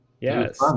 Yes